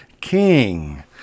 king